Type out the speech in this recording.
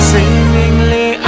Seemingly